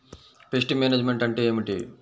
Pest management అంటే ఏమిటి?